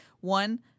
One